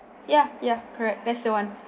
ya ya correct that's the one